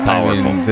Powerful